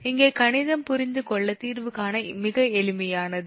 இங்கே கணிதம் புரிந்து கொள்ள தீர்வு காண மிக எளிமையானது